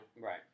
Right